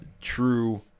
true